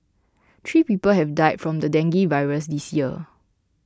three people have died from the dengue virus this year